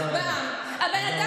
תודה רבה.